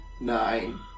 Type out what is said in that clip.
nine